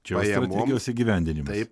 čia strategijos įgyvendinimą